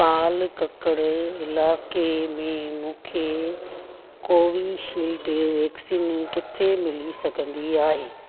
पालकक्ड़ इलाइके में मूंखे कोवीशील्ड वैक्सीन किथे मिली सघंदी आहे